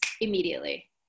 immediately